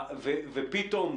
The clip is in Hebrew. ופתאום,